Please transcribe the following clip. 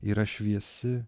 yra šviesi